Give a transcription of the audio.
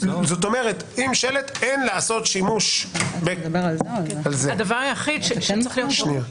עם שֶׁלֶט "אין לעשות שימוש ב..." --- הדבר היחיד שצריך להיות ברור,